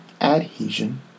adhesion